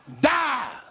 die